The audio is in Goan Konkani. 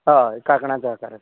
हय काकणाचो आकार